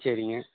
சரிங்க